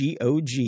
GOG